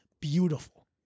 beautiful